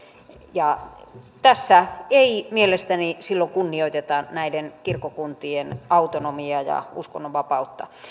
tässä ei mielestäni silloin kunnioiteta näiden kirkkokuntien autonomiaa ja uskonnonvapautta